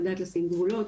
לדעת לשים גבולות.